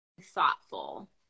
thoughtful